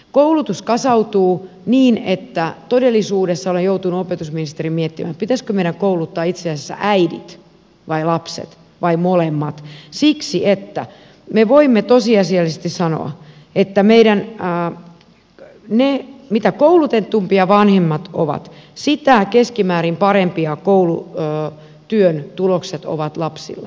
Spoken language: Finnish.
koulutus kasautuu niin että olen joutunut opetusministerinä miettimään pitäisikö meidän kouluttaa itse asiassa äidit vai lapset vai molemmat siksi että me voimme tosiasiallisesti sanoa että mitä koulutetumpia vanhemmat ovat sitä keskimäärin parempia ovat koulutyön tulokset lapsilla